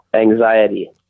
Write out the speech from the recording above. Anxiety